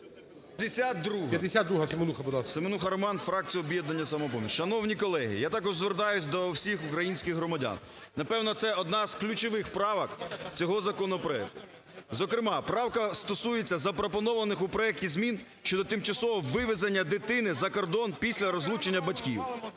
Р.С. Семенуха Роман, фракція "Об'єднання "Самопоміч". Шановні колеги! я також звертаюся до всіх українських громадян. Напевне, це одна з ключових правок цього законопроекту. Зокрема, правка стосується запропонованих у проекті змін щодо тимчасового вивезення дитини за кордон після розлучення батьків.